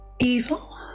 Evil